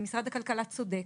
ומשרד הכלכלה צודק,